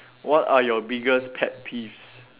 what are your biggest pet peeves